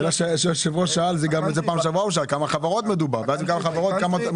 גם בפעם שעברה ראש הוועדה שאל בכמה חברות מדובר ומה התופעה.